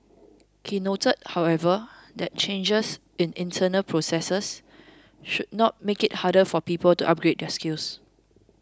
he noted however that changes in internal processes should not make it harder for people to upgrade their skills